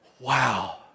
Wow